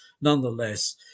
Nonetheless